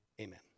Amen